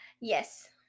Yes